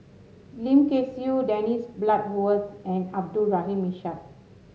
Lim Kay Siu Dennis Bloodworth and Abdul Rahim Ishak